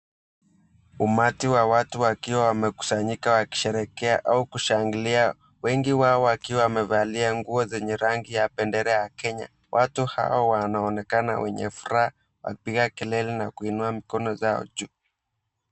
Umati wa watu wakiwa wamekusanyika wakisherehekea au kushangilia wengi wao wakiwa wamevalia nguo zenye rangi ya bendera ya Kenya. Watu hao wanaonekana wenye furaha wakipiga kelele na kuinua mikono yao juu.